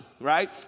Right